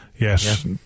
Yes